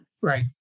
Right